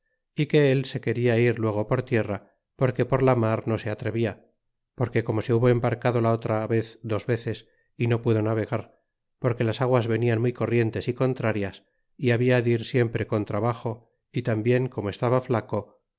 y que él se queda ir luego por tierra porque por la mar no se atrevia porque como se hubo embarcado la otra vez dos veces y no pudo navegar porque pas aguas venian muy corrientes y contrarias y habia de ir siempre con trabajo y tambien como estaba flaco